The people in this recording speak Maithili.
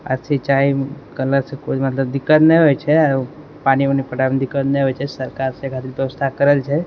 आओर सिञ्चाइ करलासँ कोइ मतलब दिक्कत नहि होइ छै पानि उनी पटबैमे कोनो दिक्कत नहि होइ छै सरकार ओहि खातिर व्यवस्था करल छै